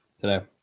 today